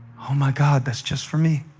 oh my god! that's just for me.